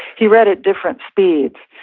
he read at different speeds.